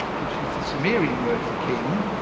which is the sumerian word for king.